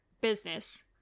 business